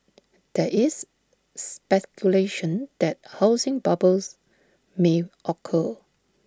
there is speculation that housing bubbles may occur